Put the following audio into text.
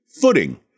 Footing